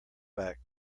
back